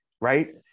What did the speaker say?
right